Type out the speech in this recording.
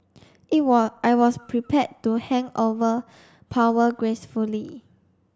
it was I was prepared to hand over power gracefully